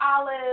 olives